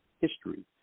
history